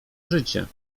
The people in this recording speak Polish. życie